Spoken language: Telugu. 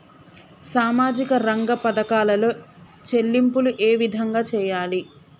సామాజిక రంగ పథకాలలో చెల్లింపులు ఏ విధంగా చేయాలి?